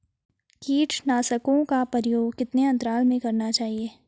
कीटनाशकों का प्रयोग कितने अंतराल में करना चाहिए?